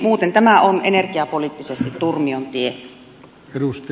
muuten tämä on energiapoliittisesti turmion tie